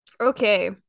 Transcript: Okay